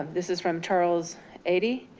this is from charles eddy,